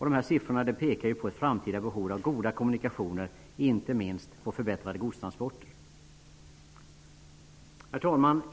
Dessa siffror pekar på ett framtida behov av goda kommunikationer -- inte minst av förbättrade godstransporter. Herr talman!